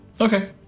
Okay